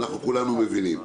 אנחנו כולנו מבינים.